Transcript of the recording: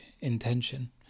intention